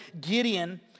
Gideon